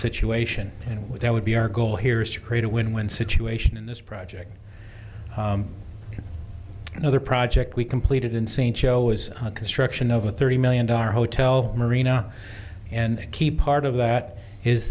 situation that would be our goal here is to create a win win situation in this project another project we completed in st joe is a construction of a thirty million dollars hotel marina and key part of that is